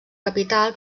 capital